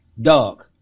Dog